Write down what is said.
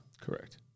Correct